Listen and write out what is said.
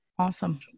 Awesome